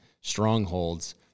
strongholds